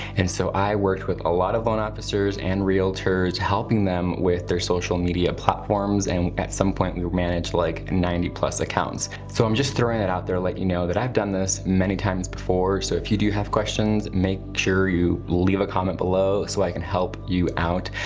and so i worked with a lot of loan officers and realtors helping them with their social media platforms. and at some point, we've managed like ninety plus accounts. so i'm just throwing it out there, let you know that i've done this many times before. so if you do have questions, make sure you leave a comment below so i can help you out.